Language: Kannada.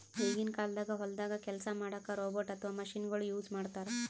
ಈಗಿನ ಕಾಲ್ದಾಗ ಹೊಲ್ದಾಗ ಕೆಲ್ಸ್ ಮಾಡಕ್ಕ್ ರೋಬೋಟ್ ಅಥವಾ ಮಷಿನಗೊಳು ಯೂಸ್ ಮಾಡ್ತಾರ್